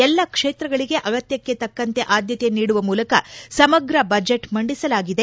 ಎಲ್ಲ ಕ್ಷೇತ್ರಗಳಿಗೆ ಆಗತ್ಸಕ್ಕೆ ತಕ್ಕಂತೆ ಆದ್ದತೆ ನೀಡುವ ಮೂಲಕ ಸಮಗ್ರ ಬಜೆಟ್ ಮಂಡಿಸಲಾಗಿದೆ